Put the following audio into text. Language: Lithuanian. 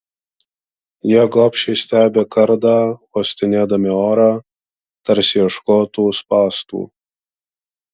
jie gobšiai stebi kardą uostinėdami orą tarsi ieškotų spąstų